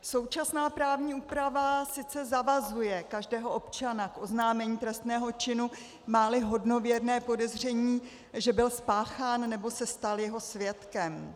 Současná právní úprava sice zavazuje každého občana k oznámení trestného činu, máli hodnověrné podezření, že byl spáchán, nebo se stal jeho svědkem.